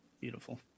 Beautiful